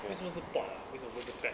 为什么是 pod ah 为什么不是 pad